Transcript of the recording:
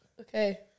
okay